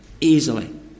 Easily